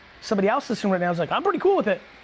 somebody else listening right now is like, i'm pretty cool with it.